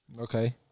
Okay